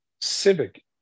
civic